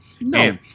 No